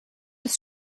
bis